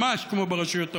ממש כמו ברשויות המקומיות.